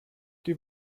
die